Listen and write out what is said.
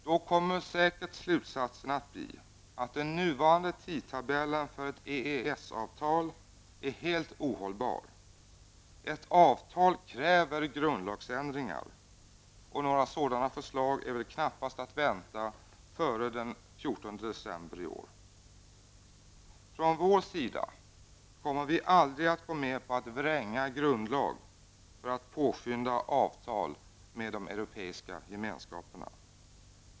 Då kommer slutsatsen säkert att bli att den nuvarande tidtabellen för ett EES-avtal är helt ohållbar. Ett avtal kräver grundlagsändringar, och några sådana förslag är väl knappast att vänta före den 14 december i år. Från vår sida kommer vi aldrig att gå med på att vränga grundlag för att påskynda avtal med de Europeiska gemenskaperna.